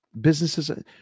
businesses